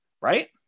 right